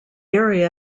area